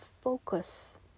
focus